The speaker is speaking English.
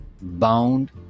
bound